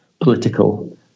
political